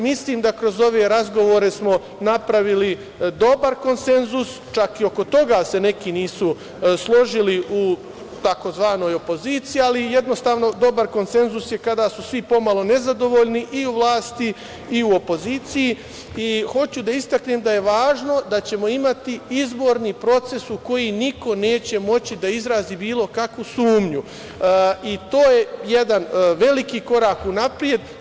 Mislim da kroz ove razgovore smo napravili dobar konsenzus, čak i oko toga se neki nisu složili u tzv. opoziciji, ali jednostavno dobar konsenzus je kada su svi pomalo nezadovoljni i u vlasti i u opoziciji i hoću da istaknem da je važno da ćemo imati izborni proces u koji niko neće moći da izrazi bilo kakvu sumnju i to je jedan veliki korak unapred.